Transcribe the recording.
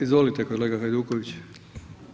Izvolite kolega Hajduković.